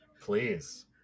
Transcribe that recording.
Please